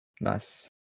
Nice